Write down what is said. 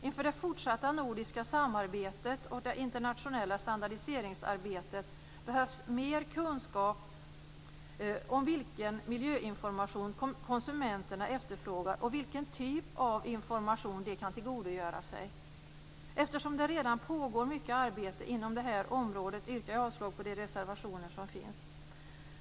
Inför det fortsatta nordiska samarbetet och det internationella standardiseringsarbetet behövs det mer kunskap om vilken miljöinformation som konsumenterna efterfrågar och vilken typ av information som de kan tillgodogöra sig. Eftersom det redan pågår mycket arbete inom det här området yrkar jag avslag på de reservationer som finns i betänkandet.